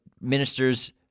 minister's